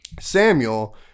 Samuel